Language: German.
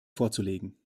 vorzulegen